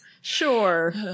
Sure